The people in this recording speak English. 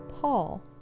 Paul